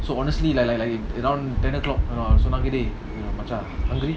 so honestly like like like around ten o'clock மச்சான்:machan hungry